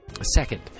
Second